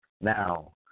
Now